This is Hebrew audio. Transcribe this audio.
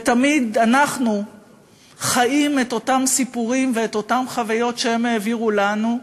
ותמיד אנחנו חיים את אותם סיפורים ואת אותן חוויות שהם העבירו לנו.